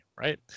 right